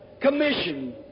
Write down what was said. commission